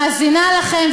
מאזינה לכם,